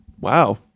wow